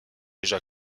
déjà